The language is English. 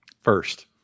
First